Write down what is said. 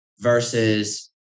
Versus